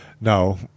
No